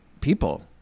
people